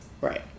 Right